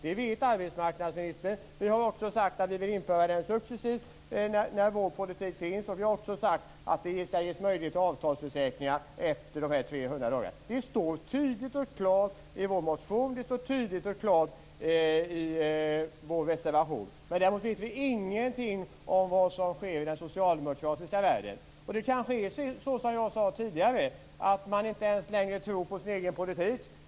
Det vet arbetsmarknadsministern. Vi har också sagt att vi vill införa den successivt när vår politik får stöd och att det skall ges möjlighet till avtalsförsäkringar efter de 300 dagarna. Det står tydligt och klart i vår motion och i vår reservation. Däremot vet vi ingenting om vad som sker i den socialdemokratiska världen. Det kanske är så som jag sade tidigare, att regeringen inte ens tror på sin egen politik.